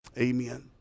amen